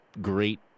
great